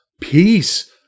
Peace